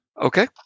Okay